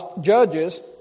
Judges